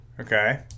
okay